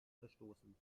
verstoßen